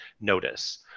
notice